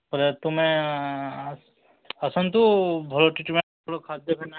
ବୋଲେ ତୁମେ ଆସୁନ୍ ଭଲ୍ ଟ୍ରିଟମେଣ୍ଟ ଖାଦ୍ୟ ଖେନା